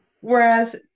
Whereas